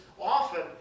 often